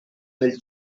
nel